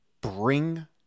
bring